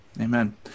Amen